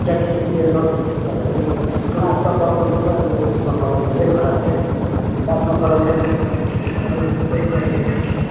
लकडाउनले गर्दाखेरि क्लासमा पढाउनु र यो उसमा पढाउनुमा धेरै फरक छ क्लासमा पढाउनु